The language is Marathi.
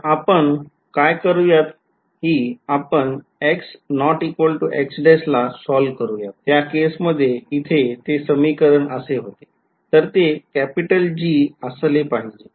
तर आपण काय करूयात कि आपण ला सॉल्व्ह करूयात त्या केसमध्ये इथे ते समीकरण असे होते तर ते कॅपिटल G असले पाहिजे